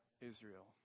Israel